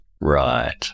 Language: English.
Right